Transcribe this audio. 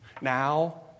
now